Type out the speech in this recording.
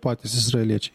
patys izraeliečiai